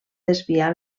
desviar